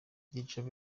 ibyiciro